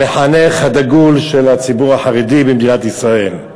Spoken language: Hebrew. המחנך הדגול של הציבור החרדי במדינת ישראל.